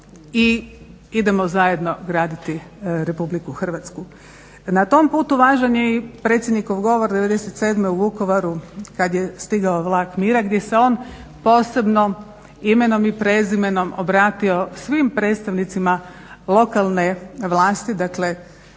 i idemo zajedno graditi RH. Na tom putu važan je i predsjednikov govor '97. u Vukovaru kad je stigao Vlak mira gdje se on posebno imenom i prezimenom obratio svim predstavnicima lokalne vlasti, dakle